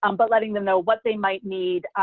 um but letting them know what they might need,